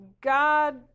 God